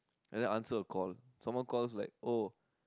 and then answer a call someone calls like oh